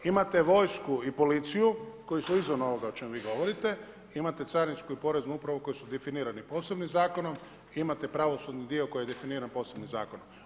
Imate vojsku i policiju koji su izvan ovoga o čemu vi govorite, imate carinsku i poreznu upravu koji su definirani posebnim zakonom i imate pravosudni dio koji je definiran posebnim zakonom.